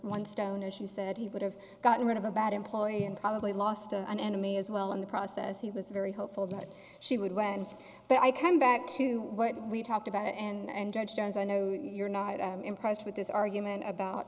one stone as she said he would have gotten rid of a bad employee and probably lost of an enemy as well in the process he was very hopeful that she would when i come back to what we talked about and judge jones i know you're not i'm impressed with this argument about